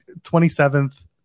27th